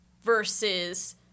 versus